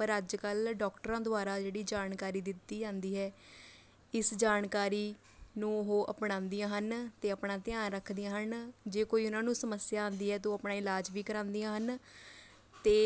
ਪਰ ਅੱਜ ਕੱਲ ਡੋਕਟਰਾਂ ਦੁਆਰਾ ਜਿਹੜੀ ਜਾਣਕਾਰੀ ਦਿੱਤੀ ਜਾਂਦੀ ਹੈ ਇਸ ਜਾਣਕਾਰੀ ਨੂੰ ਉਹ ਅਪਣਾਉਂਦੀਆਂ ਹਨ ਅਤੇ ਆਪਣਾ ਧਿਆਨ ਰੱਖਦੀਆਂ ਹਨ ਜੇ ਕੋਈ ਉਹਨਾਂ ਨੂੰ ਸਮੱਸਿਆ ਆਉਂਦੀ ਹੈ ਤਾਂ ਆਪਣਾ ਇਲਾਜ ਵੀ ਕਰਵਾਉਂਦੀਆਂ ਹਨ ਅਤੇ